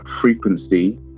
frequency